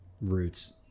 roots